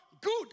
good